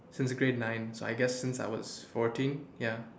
since grade nine so I guess since I was fourteen ya